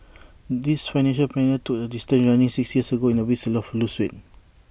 this financial planner took up distance running six years ago in A to lose weight